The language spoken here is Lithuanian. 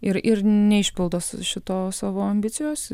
ir ir neišpildo su šituo savo ambicijos